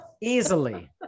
easily